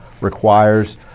requires